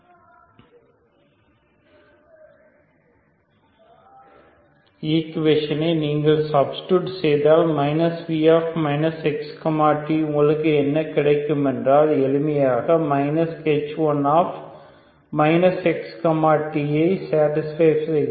அவ்வாறு இல்லையெனில் x0 எனில் ஹோமோஜீனியஸ் அற்ற ஈக்குவேஷனை நீங்கள் சப்ஸ்டிட்யூட் செய்தால் v x t உங்களுக்கு என்ன கிடைக்கும் என்றால் எளிமையாக h1 x t ஐ சேடிஸ்பை செய்கிறது